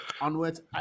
onwards